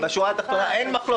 בשורה התחתונה: אין מחלוקת.